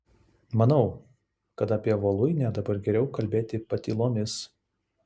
manau kad apie voluinę dabar geriau kalbėti patylomis